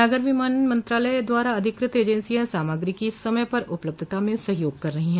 नागर विमानन मंत्रालय द्वारा अधिकृत एजेंसियां सामग्री की समय पर उपलब्धता में सहयोग कर रही हैं